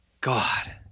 God